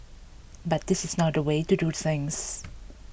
but this is not the way to do things